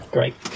Great